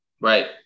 Right